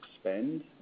spend